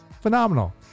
phenomenal